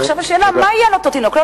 עכשיו, השאלה, תודה.